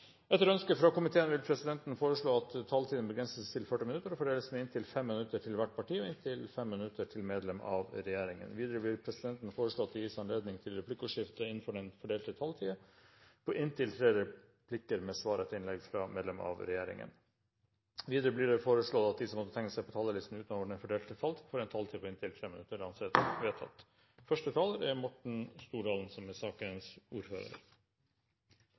Etter ønske fra helse- og omsorgskomiteen vil presidenten foreslå at taletiden begrenses til 40 minutter og fordeles med inntil 5 minutter til hvert parti og inntil 5 minutter til medlem av regjeringen. Videre vil presidenten foreslå at det gis anledning til replikkordskifte på inntil tre replikker med svar etter innlegg fra medlem av regjeringen innenfor den fordelte taletid. Videre blir det foreslått at de som